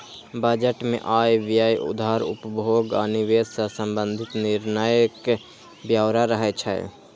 budget मे आय, व्यय, उधार, उपभोग आ निवेश सं संबंधित निर्णयक ब्यौरा रहै छै